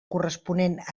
corresponent